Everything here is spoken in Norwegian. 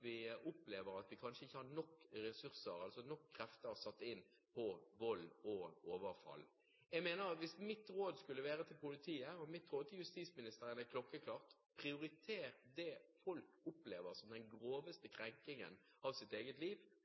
vi opplever at vi kanskje ikke har nok ressurser og nok krefter å sette inn mot vold og overfall. Mitt råd til politiet og justisministeren er klokkeklart: Prioriter det folk opplever som den groveste krenkingen av sitt eget liv!